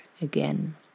again